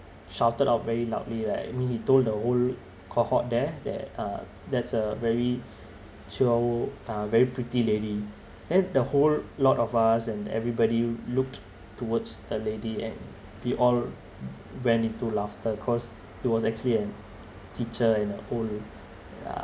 shouted out very loudly like I mean he told the whole cohort there that uh that's a very chio uh very pretty lady then the whole lot of us and everybody looked towards the lady and we all went into laughter cause it was actually an teacher and old ya